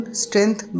strength